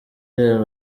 real